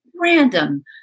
random